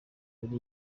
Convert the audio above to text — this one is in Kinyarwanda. jolly